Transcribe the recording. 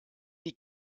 die